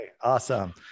Awesome